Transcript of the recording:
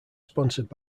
sponsored